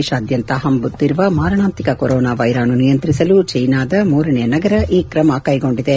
ದೇಶಾದ್ದಂತ ಹಬ್ಲುತ್ತಿರುವ ಮಾರಣಾಂತಿಕ ಕೊರೊನಾ ವೈರಾಣು ನಿಯಂತ್ರಿಸಲು ಜೈನಾದ ಮೂರನೇಯ ನಗರ ಈ ಕ್ರಮ ಕೈಗೊಂಡಿದೆ